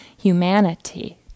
humanity